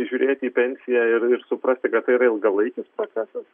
žiūrėti į pensiją ir ir suprasti kad tai yra ilgalaikis procesas